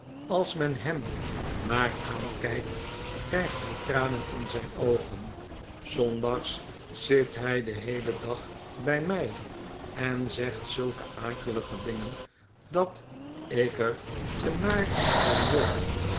als men hem maar aankijkt krijgt hij tranen in zijn oogen s zondags zit hij den heelen dag bij mij en zegt zulke akelige dingen dat ik er te naar van word